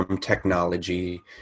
technology